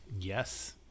yes